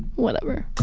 whatever